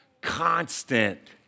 constant